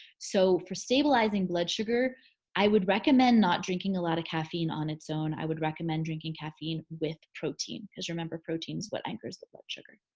so for stabilizing blood sugar i would recommend not drinking a lot of caffeine on its own. i would recommend drinking caffeine with protein cause remember protein is what anchors the blood sugar.